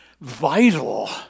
vital